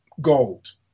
gold